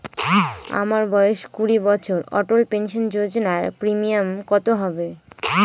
আমার বয়স কুড়ি বছর অটল পেনসন যোজনার প্রিমিয়াম কত হবে?